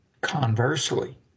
Conversely